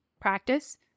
practice